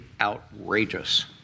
outrageous